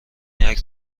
عینک